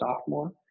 sophomore